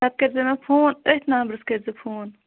پَتہٕ کٔرزِ مےٚ فون أتھۍ نمبرس کٔرزِ فون